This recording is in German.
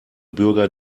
bürger